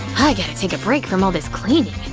i gotta take a break from all this cleaning.